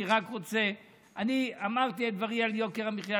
אני אמרתי את דברי על יוקר המחיה.